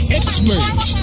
experts